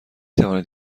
توانید